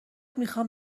میخام